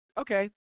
okay